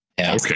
Okay